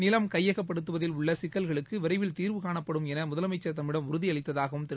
நிலம் கையகப்படுத்துவதில் உள்ள சிக்கல்களுக்கு விளரவில் தீர்வு காணப்படும் என முதலமைச்ச் தம்மிடம் அளித்ததாகவும் உறுதி திரு